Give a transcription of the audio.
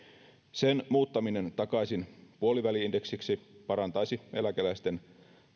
sen muuttaminen takaisin puoliväli indeksiksi parantaisi eläkeläisten